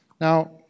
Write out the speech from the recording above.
Now